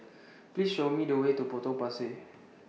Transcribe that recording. Please Show Me The Way to Potong Pasir